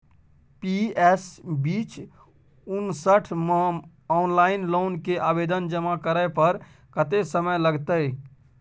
PS बीच उनसठ म ऑनलाइन लोन के आवेदन जमा करै पर कत्ते समय लगतै?